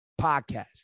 podcast